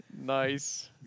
Nice